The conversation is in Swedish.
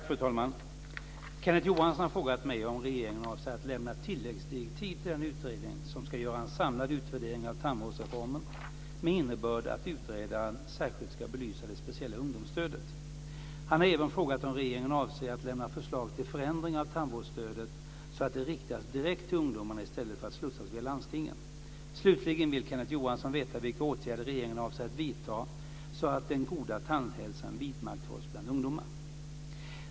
Fru talman! Kenneth Johansson har frågat mig om regeringen avser att lämna tilläggsdirektiv till den utredning som ska göra en samlad utvärdering av tandvårdsreformen, med innebörd att utredaren särskilt ska belysa det speciella ungdomsstödet. Han har även frågat om regeringen avser att lämna förslag till förändringar av tandvårdsstödet så att det riktas direkt till ungdomarna i stället för att slussas via landstingen. Slutligen vill Kenneth Johansson veta vilka åtgärder regeringen avser att vidta så att den goda tandhälsan vidmakthålls bland ungdomar.